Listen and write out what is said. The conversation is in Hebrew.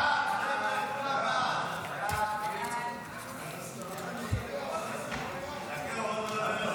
ההצעה להעביר את הצעת חוק משפחות חיילים שנספו במערכה (תגמולים